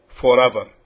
forever